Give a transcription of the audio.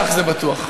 אותך, זה בטוח.